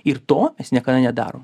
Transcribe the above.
ir to niekada nedarom